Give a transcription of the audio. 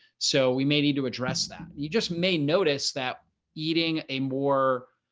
so we may need to address that, you just may notice that eating a more,